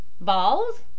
Balls